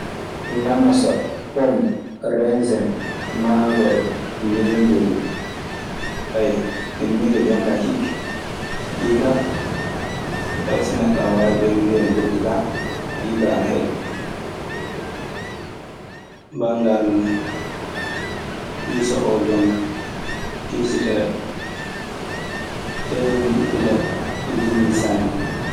Namasa, pom, rensin, maangoro, leemburu. miɗe miila jonkaa hiɓɓii. Ɗii kaa fay neɗɗo ana waawi ɓeydude hen goɗɗi kaa. Ɗii kaa ana heƴa. Banngal hiisa oo jonka kiiseteeɗo. Ɗee woni ɓiɓɓe leɗɗe ɗe njimmi sanne.